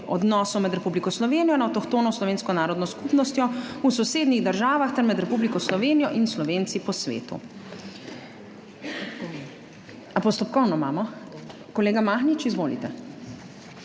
odnosov med Republiko Slovenijo in avtohtono slovensko narodno skupnostjo v sosednjih državah ter med Republiko Slovenijo in Slovenci po svetu. Postopkovno imamo. Kolega Mahnič, izvolite.